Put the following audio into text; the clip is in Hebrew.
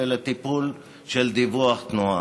ולטיפול בדיווח התנועה.